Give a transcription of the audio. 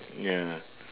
ya